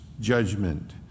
judgment